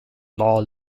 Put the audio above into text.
law